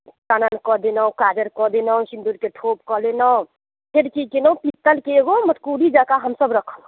चानन कऽ देलहुँ काजर कऽ देलहुँ सिंदूरके ठोप कऽ देलहुँ फेर की कयलहुँ पीतलके एकटा मटकूरी जकाँ हमसब रखलहुँ